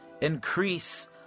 Increase